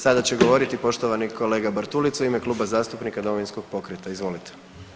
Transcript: Sada će govoriti poštovani kolega Bartulica u ime Kluba zastupnika Domovinskog pokreta, izvolite.